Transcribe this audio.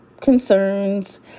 concerns